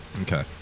Okay